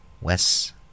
Wes